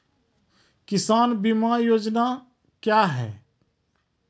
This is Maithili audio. किसान बीमा योजना क्या हैं?